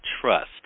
trust